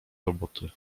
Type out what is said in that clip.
roboty